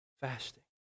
Fasting